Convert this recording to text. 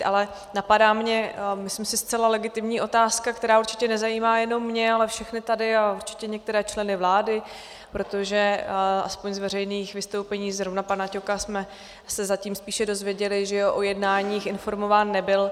Ale napadá mě, myslím si, zcela legitimní otázka, která určitě nezajímá jenom mě, ale všechny tady a určitě některé členy vlády, protože aspoň z veřejných vystoupení zrovna pana Ťoka jsme se zatím spíše dozvěděli, že o jednáních informován nebyl.